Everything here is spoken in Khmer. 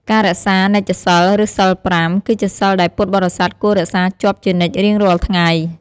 ការរក្សានិច្ចសីល ឬសីល ៥ គឺជាសីលដែលពុទ្ធបរិស័ទគួររក្សាជាប់ជានិច្ចរៀងរាល់ថ្ងៃ។